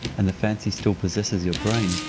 and the fancy still possesses your brain.